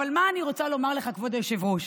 אבל מה אני רוצה לומר לך, כבוד היושב-ראש?